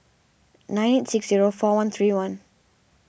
nine six zero four one three one